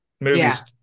movies